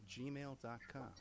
gmail.com